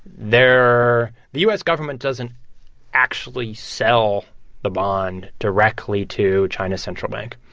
they're the u s. government doesn't actually sell the bond directly to china's central bank.